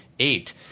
eight